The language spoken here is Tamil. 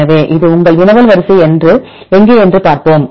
எனவே இது உங்கள் வினவல் வரிசை எங்கே என்று பார்ப்போம்